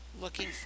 Looking